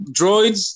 Droids